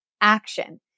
action